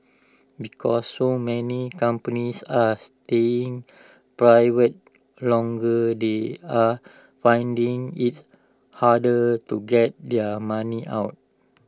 because so many companies are staying private longer they are finding IT harder to get their money out